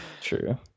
true